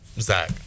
Zach